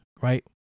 right